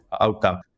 outcome